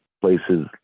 places